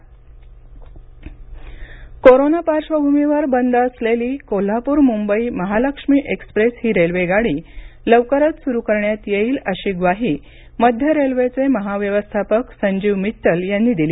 railway corona पार्श्वभूमीवर बंद असलेली कोल्हापूर मुंबई महालक्ष्मी एक्सप्रेस ही रेल्वे गाडी लवकरच सुरू करण्यात येईल अशी ग्वाही मध्य रेल्वेचे महाव्यवस्थापक संजीव मित्तल यांनी दिली